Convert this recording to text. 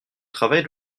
travail